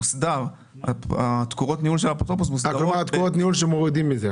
תקורות הניהול, שמורידים מזה.